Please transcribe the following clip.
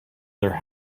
their